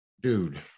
dude